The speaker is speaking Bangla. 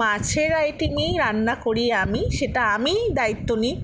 মাছের আইটেমই রান্না করি আমি সেটা আমিই দায়িত্ব নিই